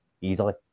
Easily